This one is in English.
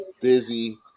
Busy